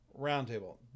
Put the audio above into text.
roundtable